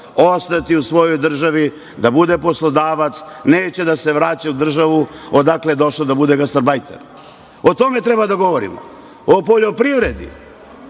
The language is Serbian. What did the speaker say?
ostati u svojoj državi, da bude poslodavac, neće da se vraća u državu odakle je došao da bude gastarbajter.O tome treba da govorimo. O poljoprivredi,